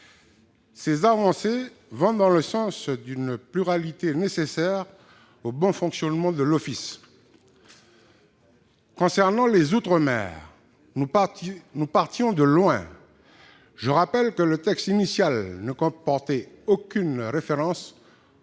Ces avancées vont dans le sens d'une pluralité nécessaire au bon fonctionnement de l'Office. Concernant les outre-mer, nous partions de loin ! Je rappelle que le texte initial ne comportait aucune référence aux territoires